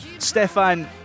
Stefan